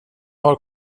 har